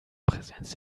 präsenz